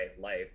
life